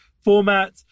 format